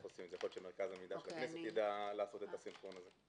אולי מרכז המידע של הכנסת יוכל לעשות את הסנכרון הזה.